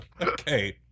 Okay